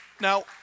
Now